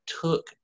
took